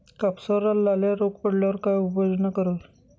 कापसावर लाल्या रोग पडल्यावर काय उपाययोजना करावी?